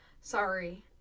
Sorry